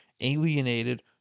alienated